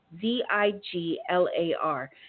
Z-I-G-L-A-R